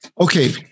Okay